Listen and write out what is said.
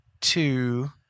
two